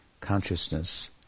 consciousness